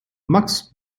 max